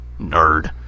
Nerd